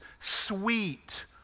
sweet